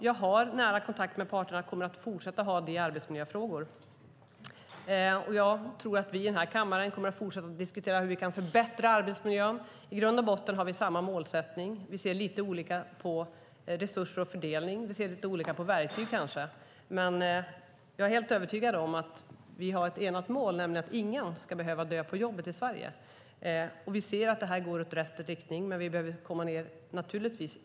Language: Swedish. Jag har nära kontakt med parterna och kommer att fortsätta att ha det i arbetsmiljöfrågor. Jag tror att vi i denna kammare kommer att fortsätta att diskutera hur vi kan förbättra arbetsmiljön. I grund och botten har vi samma målsättning. Vi ser lite olika på resurser och fördelning och kanske lite olika på verktyg. Jag är helt övertygad om att vi har ett enat mål, nämligen att ingen ska behöva dö på jobbet i Sverige. Vi ser att det går i rätt riktning. Men vi behöver komma nedåt.